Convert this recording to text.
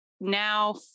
now